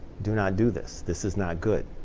do not do this. this is not good.